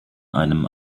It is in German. einem